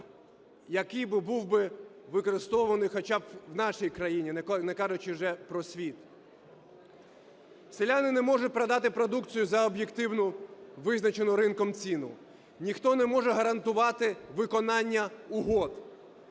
який би був би використаний хоча б у нашій країні, не кажучи вже про світ. Селяни не можуть продати продукцію за об'єктивну, визначену ринком ціну. Ніхто не може гарантувати виконання угод.